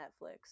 netflix